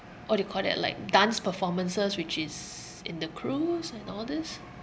what do you call that like dance performances which is in the cruise and all these